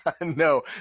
No